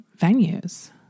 venues